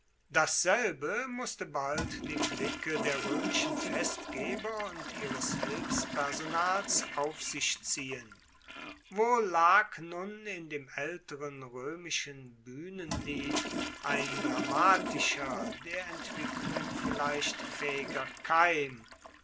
dasselbe musste bald die blicke der roemischen festgeber und ihres hilfspersonals auf sich ziehen wohl lag nun in dem aelteren roemischen buehnenlied ein dramatischer der entwicklung vielleicht faehiger keim